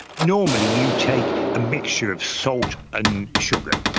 normally you take a mixture of salt and sugar,